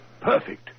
perfect